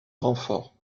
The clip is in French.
renforts